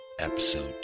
Episode